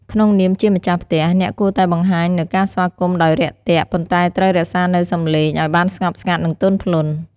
ក្នុងនាមជាម្ចាស់ផ្ទះ អ្នកគួរតែបង្ហាញនូវការស្វាគមន៍ដោយរាក់ទាក់ ប៉ុន្តែត្រូវរក្សានូវសំឡេងឲ្យបានស្ងប់ស្ងាត់ និងទន់ភ្លន់។